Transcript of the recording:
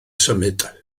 symud